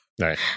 Right